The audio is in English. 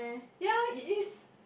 ya it is